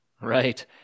right